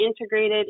integrated